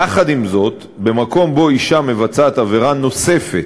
יחד עם זאת, במקום שבו אישה מבצעת עבירה נוספת,